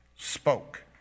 spoke